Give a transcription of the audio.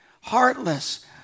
heartless